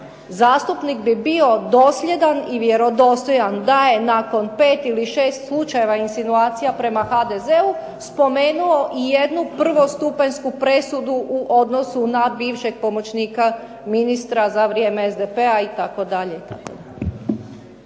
"Zastupnik bi bio dosljedan i vjerodostojan da je nakon pet ili šest slučajeva insinuacija prema HDZ-u spomenuo i jednu prvostupanjsku presudu u odnosu na bivšeg pomoćnika ministra za vrijeme SDP-a" itd.